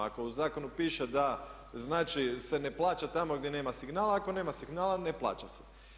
Ako u zakonu piše da znači se ne plaća tamo gdje nema signala, ako nema signala, ne plaća se.